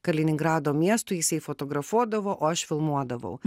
kaliningrado miestų jisai fotografuodavo o aš filmuodavau